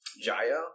Jaya